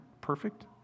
perfect